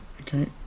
Okay